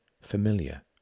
familiar